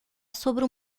sobre